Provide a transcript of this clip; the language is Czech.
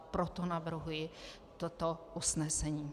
Proto navrhuji toto usnesení.